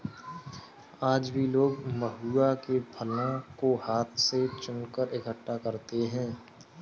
आज भी लोग महुआ के फलों को हाथ से चुनकर इकठ्ठा करते हैं